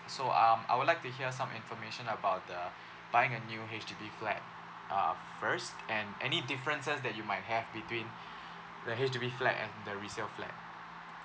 so um I would like to hear some information about the buying a new H_D_B flat uh first and any differences that you might have between the H_D_B flat and the resale flat